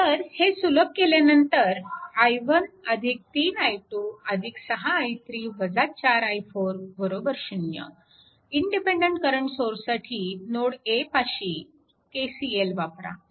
तर हे सुलभ केल्यानंतर i1 3 i2 6 i3 4 i4 0 independent current सोर्ससाठी नोड A पाशी KCL वापरा